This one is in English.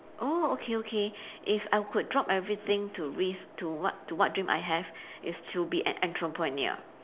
oh okay okay if I would drop everything to risk to what to what dream I have is to be an entrepreneur